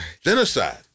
genocide